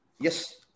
Yes